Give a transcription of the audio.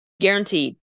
Guaranteed